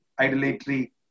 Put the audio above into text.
idolatry